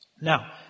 Now